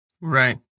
right